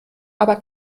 aber